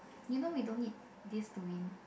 you know we don't need this to win